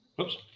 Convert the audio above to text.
Oops